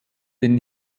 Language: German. den